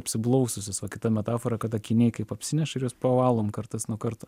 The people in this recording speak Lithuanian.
apsiblaususios va kita metafora kad akiniai kaip apsineša ir juos pavalom kartas nuo karto